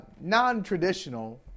non-traditional